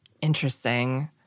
Interesting